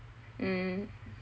mm